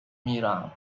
میرم